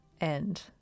end